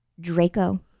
Draco